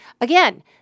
again